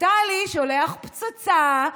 נפתלי שולח פצצה,